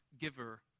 giver